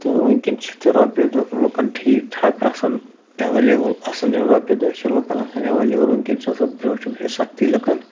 تہٕ وٕنۍکٮ۪ن چھِ تہِ رۄپیہِ دٔہ لُکَن ٹھیٖک ٹھاک آسان اٮ۪ویلیبٕل اَصلہِ رۄپیہِ داہ چھِ لُکَن اٮ۪ویلیبُل وٕنۍکٮ۪ن چھِنہٕ سۄ برٛوٗٹھِم ہِش سختی لُکَن